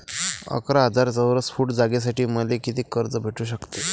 अकरा हजार चौरस फुट जागेसाठी मले कितीक कर्ज भेटू शकते?